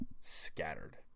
scattered